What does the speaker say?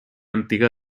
antiga